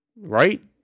Right